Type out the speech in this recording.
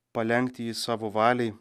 palenkt jį savo valiai